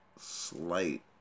slight